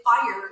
fire